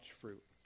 fruit